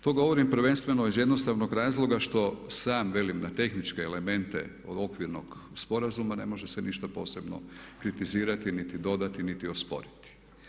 To govorim prvenstveno iz jednostavnog razloga što sam velim na tehničke elemente od Okvirnog sporazuma ne može se ništa posebno kritizirati niti dodati niti osporiti.